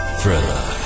Thriller